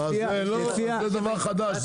זה דבר חדש.